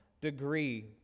degree